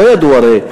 לא ידעו, הרי.